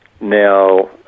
now